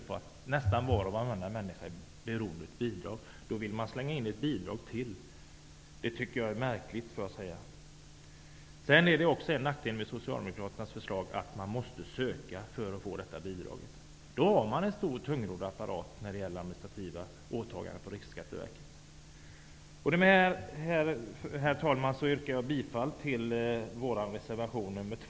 Var och varannan människa är beroende av bidrag, och då vill Socialdemokraterna slänga in ett bidrag till. Det tycker jag är märkligt, får jag säga. En nackdel med Socialdemokraternas förslag är att man måste söka bidraget för att få det. Det gör att det måste finnas en stor tungrodd apparat för administrativa åtaganden på Riksskatteverket. Herr talman! Med detta yrkar jag bifall till Ny demokratis reservation nr 2.